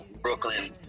Brooklyn